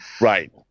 Right